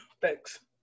Thanks